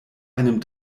einem